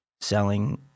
selling